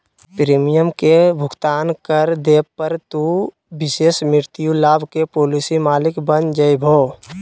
premium के भुगतान कर देवे पर, तू विशेष मृत्यु लाभ के पॉलिसी मालिक बन जैभो